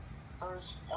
First